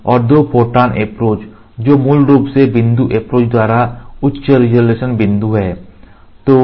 और दो photon approach जो मूल रूप से बिंदु अप्रोच द्वारा उच्च रेजोल्यूशन बिंदु हैं